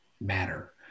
matter